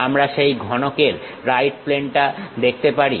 আমরা সেই ঘনকের রাইট প্লেনটা দেখতে পারি